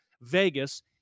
Vegas